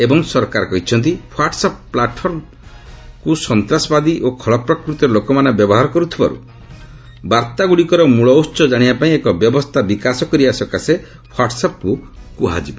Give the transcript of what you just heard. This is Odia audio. ଏବଂ ସରକାର କହିଛନ୍ତି ହ୍ୱାଟ୍ୱଆପ୍ ପ୍ଲାଟଫର୍ମକୁ ସନ୍ତାସବାଦୀ ଓ ଖଳ ପ୍ରକୃତିର ଲୋକମାନେ ବ୍ୟବହାର କରୁଥିବାରୁ ବାର୍ତ୍ତାଗୁଡ଼ିକର ମୂଳ ଉତ୍ସ ଜାଶିବା ପାଇଁ ଏକ ବ୍ୟବସ୍ଥା ବିକାଶ କରିବା ସକାଶେ ହ୍ୱାଟ୍ୱଆପ୍କୁ କୁହାଯିବ